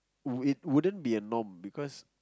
it wouldn't be a norm because